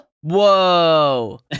whoa